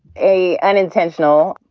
a an intentional,